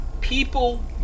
people